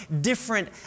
different